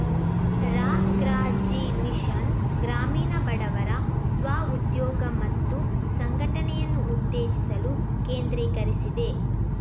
ರಾ.ಗ್ರಾ.ಜೀ mission ಗ್ರಾಮೀಣ ಬಡವರ ಸ್ವ ಉದ್ಯೋಗ ಮತ್ತು ಸಂಘಟನೆಯನ್ನು ಉತ್ತೇಜಿಸಲು ಕೇಂದ್ರೀಕರಿಸಿದೆ